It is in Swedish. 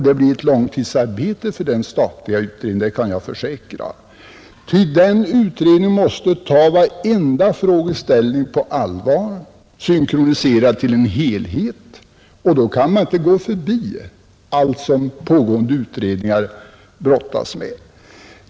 Det blir ett långtidsarbete för den statliga utredningen, det kan jag försäkra, ty den utredningen måste ta varenda frågeställning på allvar och synkronisera alltsammans till en helhet, och då kan man inte gå förbi allt som pågående utredningar brottas med.